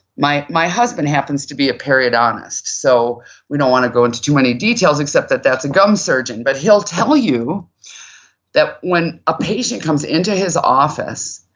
my my husband happens to be a periodontist so we don't want to go into too many details except that that's a gum surgeon but he'll tell you that when a patient comes into his office,